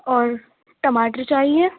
اور ٹماٹر چاہیے